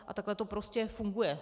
A takhle to prostě funguje.